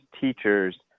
teachers